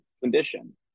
condition